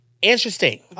Interesting